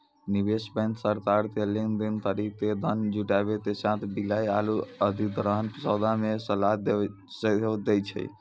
निवेश बैंक सरकारो के लेन देन करि के धन जुटाबै के साथे विलय आरु अधिग्रहण सौदा मे सलाह सेहो दै छै